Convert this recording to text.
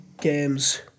games